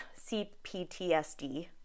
CPTSD